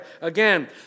Again